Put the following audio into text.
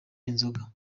inzoga